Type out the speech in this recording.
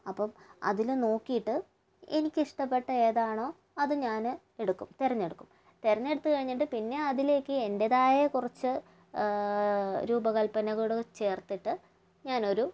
അപ്പം അതില് നോക്കിയിട്ട് എനിക്കിഷ്ടപ്പെട്ട ഏതാണോ അത് ഞാന് എടുക്കും തിരഞ്ഞെടുക്കും തിരഞ്ഞെടുത്തു കഴിഞ്ഞിട്ട് പിന്നെ അതിലേക്ക് എൻ്റെതായ കുറച്ചു രൂപകൽപ്പനകള് ചേർത്തിട്ട് ഞാനൊരു